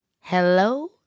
Hello